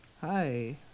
hi